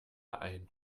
ein